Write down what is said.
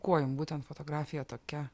kuo jum būtent fotografija tokia